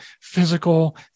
physical